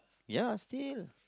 ya still